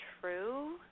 true